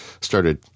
started